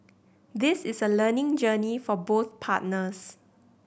this is a learning journey for both partners